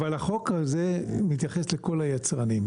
אבל החוק הזה מתייחס לכל היצרנים.